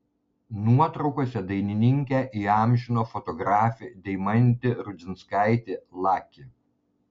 nuotraukose dainininkę įamžino fotografė deimantė rudžinskaitė laki